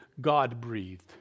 God-breathed